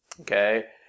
Okay